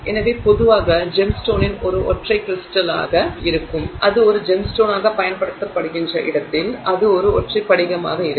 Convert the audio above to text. எனவே பொதுவாக ஜெம்ஸ்டோன் ஒரு ஒற்றை கிரிஸ்டலாக இருக்கும் அது ஒரு ஜெம்ஸ்டோனாகப் பயன்படுத்தப்படுகின்ற இடத்தில் அது ஒரு ஒற்றை படிகமாக இருக்கும்